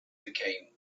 became